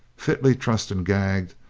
fitly trussed and gagged,